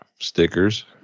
Stickers